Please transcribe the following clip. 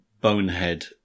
bonehead